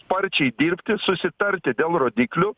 sparčiai dirbti susitarti dėl rodiklių